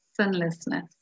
sinlessness